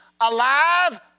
alive